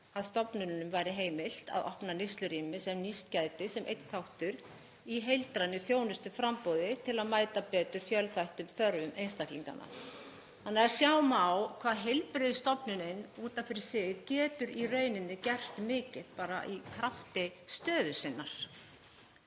að stofnununum væri heimilt að opna neyslurými sem gæti nýst sem einn þáttur í heildrænu þjónustuframboði til að mæta betur fjölþættum þörfum einstaklinganna. Þannig má sjá hvað heilbrigðisstofnunin út af fyrir sig getur í rauninni gert mikið bara í krafti stöðu sinnar.